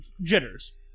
jitters